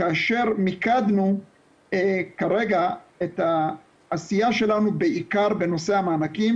כאשר מיקדנו כרגע את העשייה שלנו בעיקר בנושא המענקים